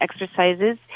exercises